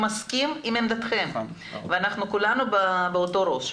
שהוא מסכים עם עמדתכם וכולנו באותו ראש.